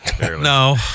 no